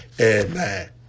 Amen